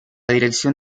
dirección